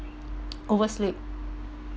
oversleep